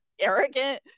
arrogant